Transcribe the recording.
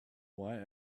why